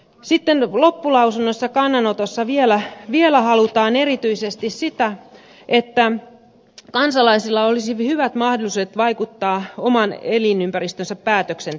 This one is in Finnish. sitten loppulausunnossa kannanotossa vielä halutaan erityisesti sitä että kansalaisilla olisi hyvät mahdollisuudet vaikuttaa oman elinympäristönsä päätöksentekoon